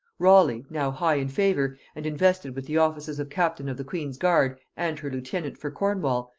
raleigh, now high in favor, and invested with the offices of captain of the queen's guard and her lieutenant for cornwall,